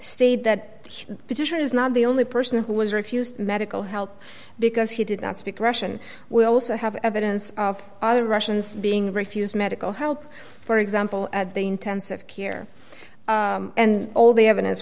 stayed that position is not the only person who was refused medical help because he did not speak russian we also have evidence of other russians being refused medical help for example at the intensive care and all the evidence